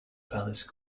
palace